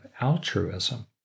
altruism